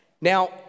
Now